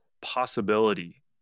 possibility